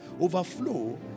Overflow